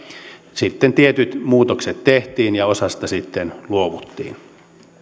sitten tietyt muutokset tehtiin ja osasta sitten luovuttiin